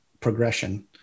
progression